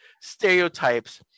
stereotypes